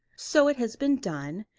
so it has been done,